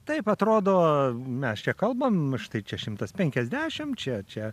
taip atrodo mes čia kalbam štai čia šimtas penkiasdešim čia čia